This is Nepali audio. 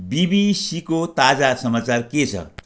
बिबिसीको ताजा समाचार के छ